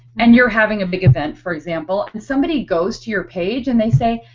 and you're having a big event for example and somebody goes to your page and they say,